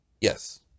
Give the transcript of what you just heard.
Yes